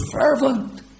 fervent